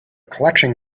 collection